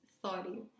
Sorry